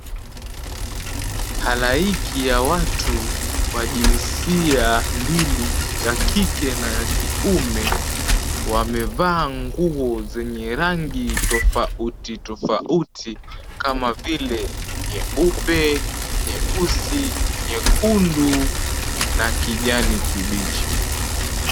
Halaiki ya watu wa jinsia mbili, ya kike na ya kiume, wamevaa nguo zenye rangi tofauti tofauti kama vile nyeupe, nyeusi, nyekundu na kijani kibichi.